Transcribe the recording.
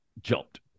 jumped